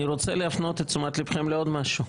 אני רוצה להפנות את תשומת ליבכם לעוד משהו.